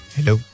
Hello